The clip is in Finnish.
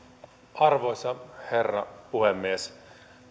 arvoisa herra puhemies